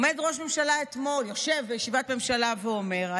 יושב ראש ממשלה אתמול בישיבת ממשלה ואומר: